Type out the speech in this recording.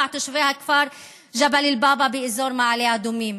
תושבי הכפר ג'בל אל-באבא באזור מעלה אדומים,